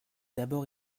d’abord